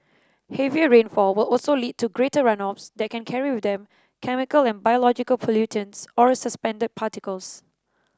heavier rainfall will also lead to greater runoffs that can carry with them chemical and biological pollutants or suspended particles